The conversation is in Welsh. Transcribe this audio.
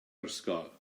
ysgol